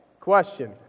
Question